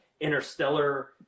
interstellar